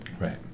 Right